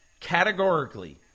categorically